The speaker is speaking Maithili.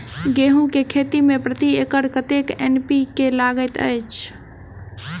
गेंहूँ केँ खेती मे प्रति एकड़ कतेक एन.पी.के लागैत अछि?